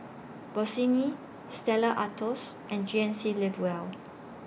Bossini Stella Artois and G N C Live Well